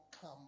come